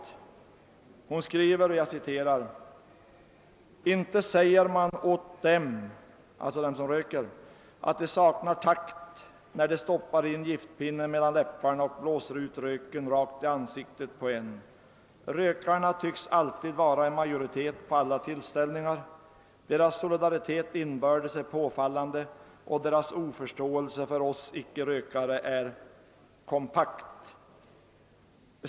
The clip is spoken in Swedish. Hon skriver: »Inte säger man åt dem» — alltså dem som röker — »att de saknar takt, när de stoppar in giftpinnen mellan läppar na och blåser ut röken rakt i ansiktet på en. Rökarna tycks alltid vara i majoritet på alla tillställningar. Deras solidaritet inbördes är påfallande, och deras oförståelse för oss icke-rökare är kompakt.